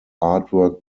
artwork